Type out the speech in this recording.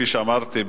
כפי שאמרתי,